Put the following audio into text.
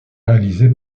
réalisée